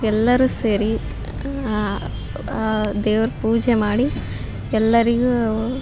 ಎಲ್ಲರು ಸೇರಿ ದೇವ್ರ ಪೂಜೆ ಮಾಡಿ ಎಲ್ಲರಿಗೂ